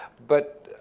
but